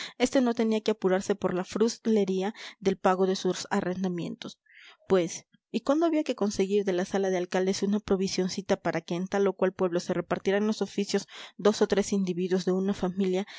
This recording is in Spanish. este no tenía que apurarse por la fruslería del pago de sus arrendamientos pues y cuando había que conseguir de la sala de alcaldes una provisioncita para que en tal o cual pueblo se repartieran los oficios dos o tres individuos de una familia